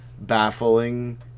baffling